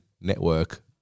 network